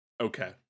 Okay